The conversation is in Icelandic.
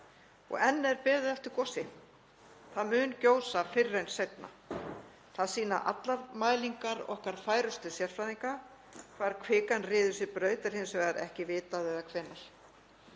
enn er beðið eftir gosi. Það mun gjósa fyrr en seinna. Það sýna allar mælingar okkar færustu sérfræðinga en hvar kvikan ryður sér braut hins vegar er ekki vitað eða hvenær.